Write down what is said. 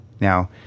now